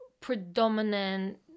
predominant